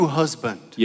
husband